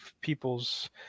people's